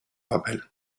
papel